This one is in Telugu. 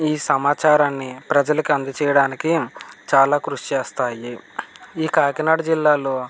ఈ సమాచారాన్ని ప్రజలకి అందజేయడానికి చాలా కృషి చేస్తాయి ఈ కాకినాడ జిల్లాలో